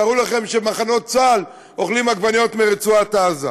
תארו לכם שבמחנות צה"ל אוכלים עגבניות מרצועת-עזה,